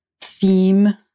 theme